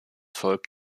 volk